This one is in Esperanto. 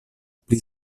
pli